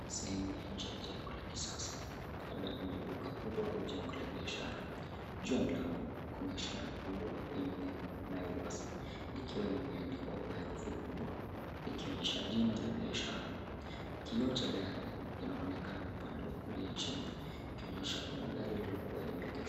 Sehemu ya nje ya jengo la kisasa, labda kwenye duka kubwa au jengo la biashara. Juu ya mlango kuna ishara kubwa yenye nembo, Naivas, likiwa limeandikwa kwa herufi kubwa ikionyesha jina la biashara. Kioo cha gari kinaonekana upande wa kulia chini ikionyesha kuna gari lililokuwa limeegeshwa.